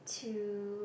chill